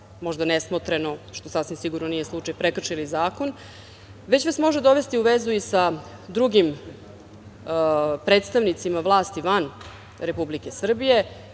možda nesmotreno, što sasvim sigurno nije slučaj, prekršili zakon, već vas može dovesti u vezu i sa drugim predstavnicima vlasti van Republike Srbije,